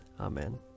Amen